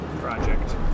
project